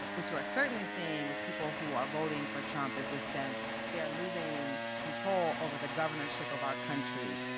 which you are certainly seeing with people who are voting for trump is this sense that they are losing control over the governorship of our country.